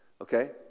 okay